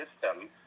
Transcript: system